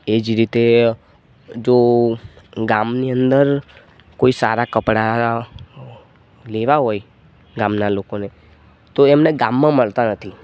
એ જ રીતે જો ગામની અંદર કોઈ સારા કપડા લેવા હોય ગામના લોકોને તો એમને ગામમાં મળતા નથી